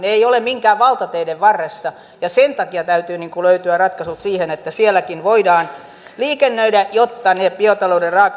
tästä pitää kyllä puolustusministeriön ihmisille ja sen takia täytyy löytyä ratkaisu siihen että puolustusvoimille lausua parhaat kiitokset hyvin tehdystä työstä